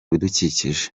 ibidukikije